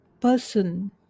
person